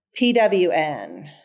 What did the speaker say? PWN